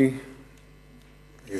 אתה אחריו.